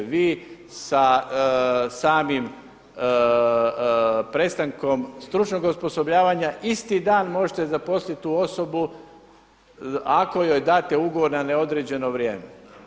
Vi sa samim prestankom stručnog osposobljavanja isti dan možete zaposliti tu osobu ako joj date ugovor na neodređeno vrijeme.